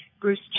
Bruce